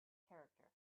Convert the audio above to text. character